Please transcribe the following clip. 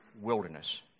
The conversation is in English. wilderness